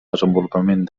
desenvolupament